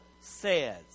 says